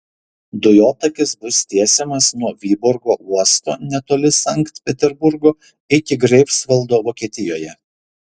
dujotakis bus tiesiamas nuo vyborgo uosto netoli sankt peterburgo iki greifsvaldo vokietijoje